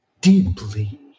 deeply